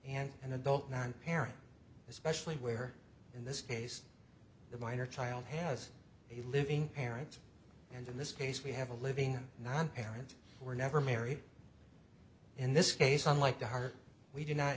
and an adult one parent especially where in this case the minor child has a living parent and in this case we have a living non parent were never married in this case unlike to her we do not